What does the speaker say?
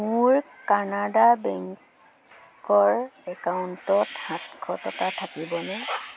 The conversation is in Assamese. মোৰ কানাড়া বেংকৰ একাউণ্টত সাতশ টকা থাকিবনে